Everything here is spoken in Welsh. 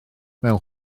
mewn